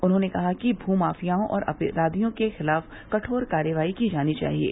उन्होंने कहा कि भूमाफियाओं और अपराधियों के खिलाफ कठोर कार्रवाई की जानी चाहिये